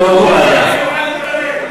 מדברים,